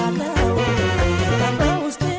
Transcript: ten and then